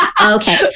okay